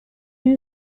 you